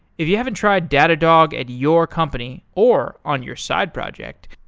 if you haven't tried datadog at your company or on your side project,